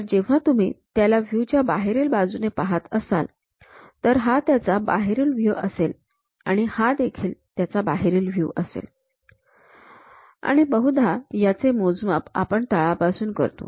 तर जेव्हा तुम्ही त्याला व्ह्यू च्या बाहेरील बाजूने पाहत असाल तर हा त्याचा बाहेरील व्ह्यू असेल आणि हा देखील त्याचा बाहेरील व्ह्यू असेल आणि बहुधा याचे मोजमाप आपण तळापासून करतो